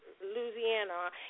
Louisiana